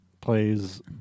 Plays